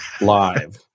live